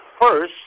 first